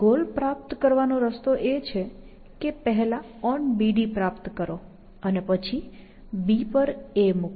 goal પ્રાપ્ત કરવાનો રસ્તો એ છે કે પહેલા onBD પ્રાપ્ત કરો અને પછી B પર A મૂકો